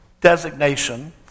designation